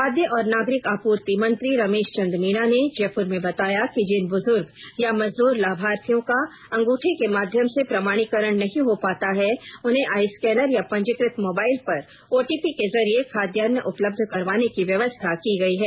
खाद्य और नागरिक आपूर्ति मंत्री रमेश चंद मीना ने जयपुर में बताया कि जिन बुजुर्ग या मजदूर लाभार्थियों का अंगूठे के माध्यम से प्रमाणीकरण नहीं हो पाता है उन्हें आईस्केनर या पंजीकृत मोबाइल पर ओटीपी के जरिए खाद्यान्न उपलब्ध करवाने की व्यवस्था की गई है